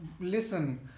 listen